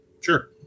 Sure